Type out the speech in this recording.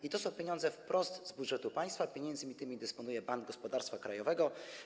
Są to pieniądze wprost z budżetu państwa, a pieniędzmi tymi dysponuje Bank Gospodarstwa Krajowego.